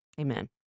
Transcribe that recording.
amen